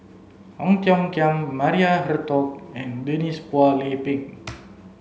Ong Tiong Khiam Maria Hertogh and Denise Phua Lay Peng